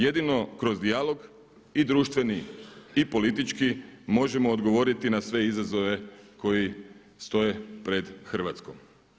Jedino kroz dijalog i društveni i politički možemo odgovoriti na sve izazove koji stoje pred Hrvatskom.